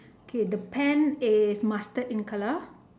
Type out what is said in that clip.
okay the pen is mustard in color